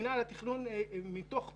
מינהל התכנון, מתוך חשש,